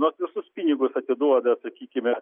nors visus pinigus atiduoda sakykime